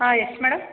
ಹಾಂ yes madam